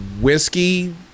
whiskey